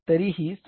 तरीही 7